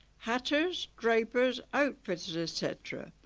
hatters, drapers outfitters etc,